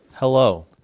Hello